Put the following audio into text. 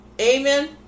Amen